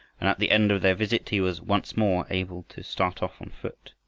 and at the end of their visit he was once more able to start off on foot.